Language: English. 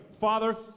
Father